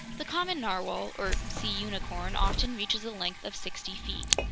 the common narwhale, or sea unicorn, often reaches a length of sixty feet.